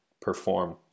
perform